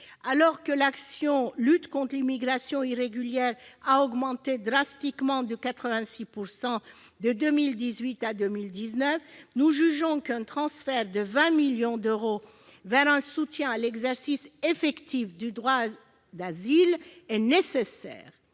Alors que l'action relative à la lutte contre l'immigration irrégulière a augmenté drastiquement de 86 % entre 2018 et 2019, nous jugeons qu'un transfert de 20 millions d'euros vers un soutien à l'exercice effectif du droit d'asile est nécessaire,